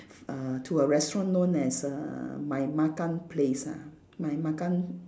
uh to a restaurant known as uh my makan place ah my makan